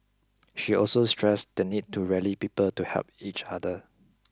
she also stressed the need to rally people to help each other